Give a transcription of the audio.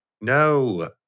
No